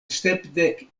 sepdek